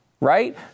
Right